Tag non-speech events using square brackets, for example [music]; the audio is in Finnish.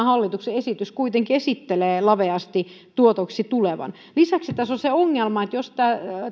[unintelligible] hallituksen esitys kuitenkin esittelee laveasti tuotoiksi tulevan lisäksi tässä on se ongelma että jos